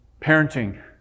Parenting